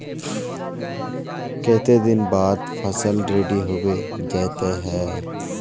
केते दिन बाद फसल रेडी होबे जयते है?